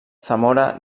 zamora